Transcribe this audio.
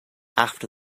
after